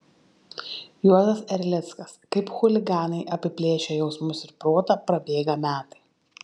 juozas erlickas kaip chuliganai apiplėšę jausmus ir protą prabėga metai